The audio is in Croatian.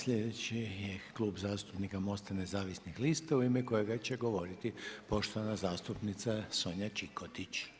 Sljedeći je Klub zastupnika MOST-a nezavisnih lista u ime kojega će govoriti poštovana zastupnica Sonja Čikotić.